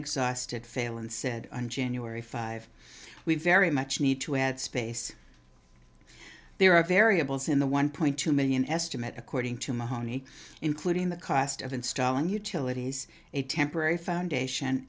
exhausted failon said on january five we very much need to add space there are variables in the one point two million estimate according to mahoney including the cost of installing utilities a temporary foundation